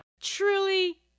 Truly